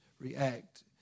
react